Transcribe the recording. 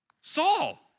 Saul